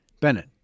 Bennett